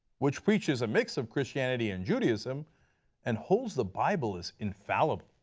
which preaches a mix of christianity and judaism and hold the bible is infallible.